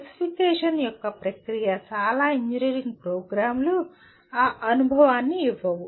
specification యొక్క ప్రక్రియ చాలా ఇంజనీరింగ్ ప్రోగ్రామ్లు ఆ అనుభవాన్ని ఇవ్వవు